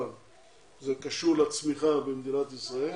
זה קשור לצמיחה במדינת ישראל.